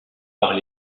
par